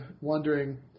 wondering